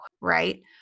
right